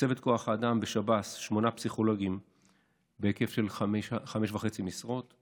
מצבת כוח האדם בשב"ס: שמונה פסיכולוגים בהיקף של חמש וחצי משרות.